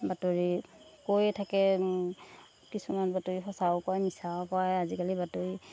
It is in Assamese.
বাতৰি কৈয়ে থাকে কিছুমান বাতৰি সঁচাও কয় মিছাও কয় আজিকালি বাতৰি